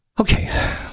Okay